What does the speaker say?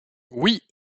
oui